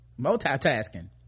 Multitasking